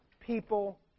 people